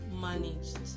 managed